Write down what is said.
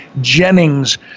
jennings